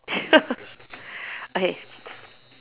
okay